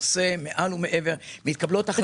הוא עושה מעל ומעבר, ומתקבלות החלטות.